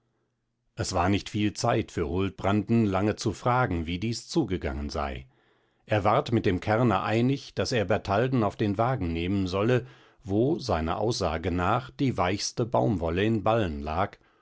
es war nicht viel zeit für huldbranden lange zu fragen wie dies zugegangen sei er ward mit dem kärrner einig daß er bertalden auf den wagen nehmen solle wo seiner aussage nach die weichste baumwolle in ballen lag